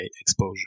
exposure